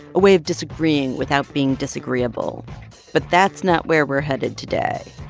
a way of disagreeing without being disagreeable but that's not where we're headed today.